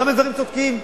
גם בדברים צודקים.